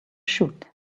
shoot